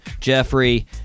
Jeffrey